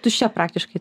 tuščia praktiškai